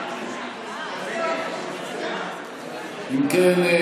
אם כן,